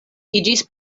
iĝis